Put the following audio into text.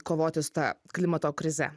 kovoti su ta klimato krize